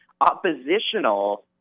oppositional